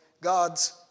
God's